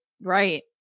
Right